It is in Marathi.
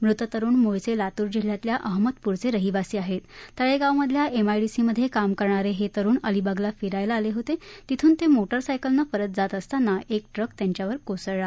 मृत तरुण मूळच आतूर जिल्ह्यातल्या अहमदप्रच रहिवासी आहर्द तळखिमधल्या एमआयडीसीमध्याक्राम करणारहित्विरुण अलिबागला फिरायला आलखित तिथून तस्रिटारसायकलनं परत जात असताना एक ट्रक त्यांच्यावर कोसळला